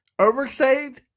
oversaved